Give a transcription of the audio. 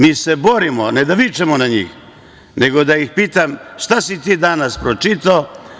Mi se borimo, ne da vičemo na njih, nego da ih pitam – šta si ti danas pročitao?